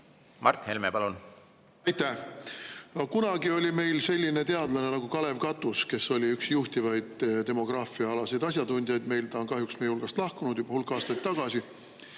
õigesti aru? Aitäh! Kunagi oli meil selline teadlane nagu Kalev Katus, kes oli üks juhtivaid demograafia asjatundjaid. Ta on kahjuks meie hulgast lahkunud juba hulk aastaid tagasi.